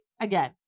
again